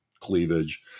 cleavage